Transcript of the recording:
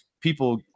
people